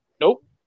Nope